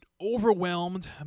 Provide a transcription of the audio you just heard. overwhelmed